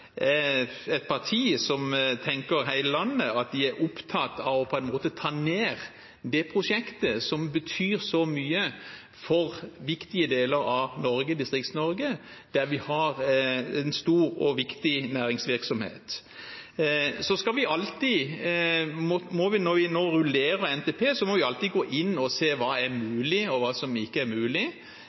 et parti som tenker på hele landet, er opptatt av på en måte å ta ned det prosjektet som betyr så mye for viktige deler av Distrikts-Norge, der vi har en stor og viktig næringsvirksomhet. Når vi rullerer NTP, må vi alltid gå inn og se hva som er mulig, og hva som ikke er mulig.